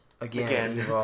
again